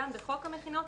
גם בחוק המכינות,